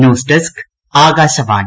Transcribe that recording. news desk Akashvani